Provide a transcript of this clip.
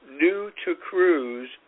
new-to-cruise